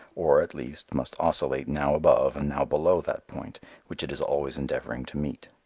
or, at least, must oscillate now above and now below that point which it is always endeavoring to meet.